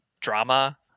drama